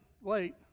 wait